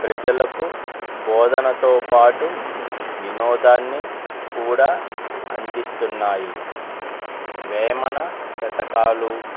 ప్రజలకు బోధనతో పాటు వినోదాన్ని కూడా అందిస్తున్నాయి వేమన శతకాలు